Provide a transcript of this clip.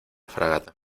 fragata